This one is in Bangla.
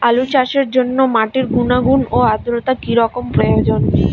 আলু চাষের জন্য মাটির গুণাগুণ ও আদ্রতা কী রকম প্রয়োজন?